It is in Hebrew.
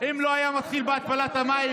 אם הוא לא היה מתחיל בהתפלת המים,